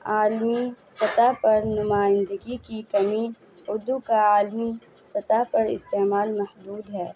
عالمی سطح پر نمائندگی کی کمی اردو کا عالمی سطح پر استعمال محدود ہے